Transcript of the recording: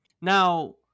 Now